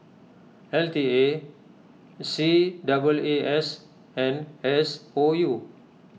L T A C double A S and S O U